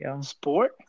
Sport